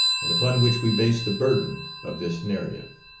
and upon which we base the burden of this narrative.